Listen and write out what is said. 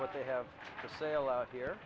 what they have to sell out here